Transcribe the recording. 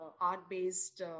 art-based